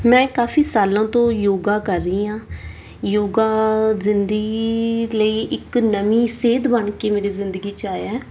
ਮੈਂ ਕਾਫੀ ਸਾਲਾਂ ਤੋਂ ਯੋਗਾ ਕਰ ਰਹੀ ਹਾਂ ਯੋਗਾ ਜ਼ਿੰਦਗੀ ਲਈ ਇੱਕ ਨਵੀਂ ਸੇਧ ਬਣ ਕੇ ਮੇਰੀ ਜ਼ਿੰਦਗੀ 'ਚ ਆਇਆ